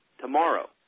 tomorrow